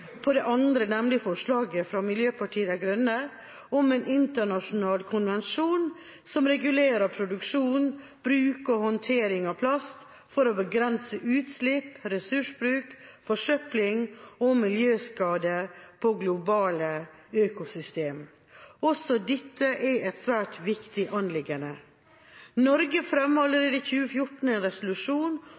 på den andre, nemlig forslaget fra Miljøpartiet De Grønne om en internasjonal konvensjon som regulerer produksjon, bruk og håndtering av plast for å begrense utslipp, ressursbruk, forsøpling og miljøskade på globale økosystem. Også dette er et svært viktig anliggende. Norge fremmet allerede i 2014 en resolusjon